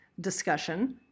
discussion